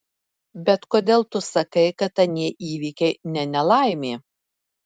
bet kodėl tu sakai kad anie įvykiai ne nelaimė